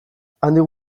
handik